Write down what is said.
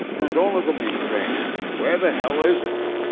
don't look at me strange. where the hell is it?